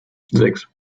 sechs